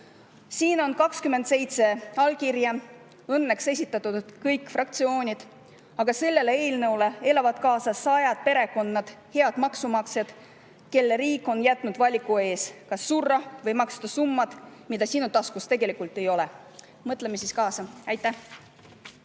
Siin on 27 allkirja. Õnneks on neid andnud kõik fraktsioonid. Aga sellele eelnõule elavad kaasa sajad perekonnad, head maksumaksjad, kelle riik on jätnud valiku ette: kas surra või maksta summa, mida sinu taskus tegelikult ei ole. Mõtleme siis kaasa. Aitäh!